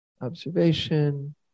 observation